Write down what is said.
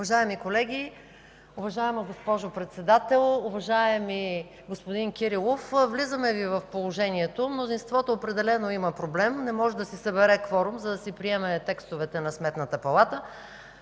Уважаеми колеги, уважаема госпожо Председател! Уважаеми господин Кирилов, влизаме Ви в положението. Мнозинството определено има проблем – не може да си събере кворум, за да си приеме текстовете на Сметната палата.